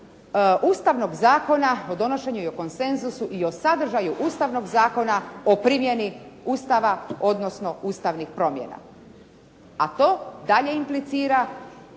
Ustavnog zakona o donošenju i o konsenzusu i o sadržaju Ustavnog zakona o primjeni Ustava, odnosno ustavnih promjena. A to dalje implicira